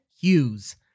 Hughes